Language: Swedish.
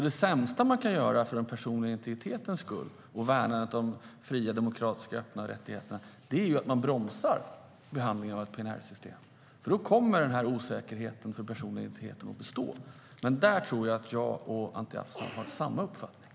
Det sämsta man kan göra för den personliga integriteten och för värnandet av de fria, demokratiska och öppna rättigheterna är att bromsa behandlingen av PNR-systemet, för då kommer osäkerheten för den personliga integriteten att bestå. Men här tror jag att jag och Anti Avsan har samma uppfattning.